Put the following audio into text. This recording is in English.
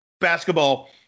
basketball